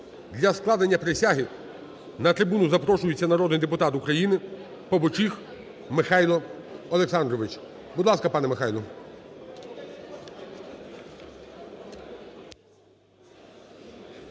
Для складання присяги на трибуну запрошується народний депутат України Побочіх Михайло Олександрович. Будь ласка, пане Михайло.